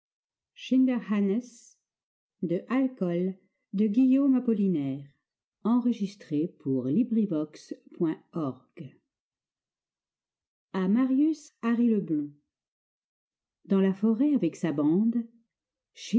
leblond dans la forêt avec sa bande